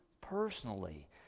personally